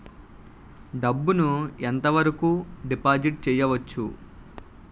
డబ్బు ను ఎంత వరకు డిపాజిట్ చేయవచ్చు?